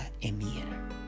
Emir